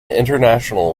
international